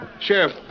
Sheriff